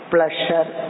Pleasure